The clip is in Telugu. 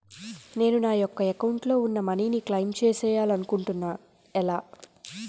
నేను నా యెక్క అకౌంట్ లో ఉన్న మనీ ను క్లైమ్ చేయాలనుకుంటున్నా ఎలా?